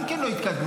גם כן לא התקדמו.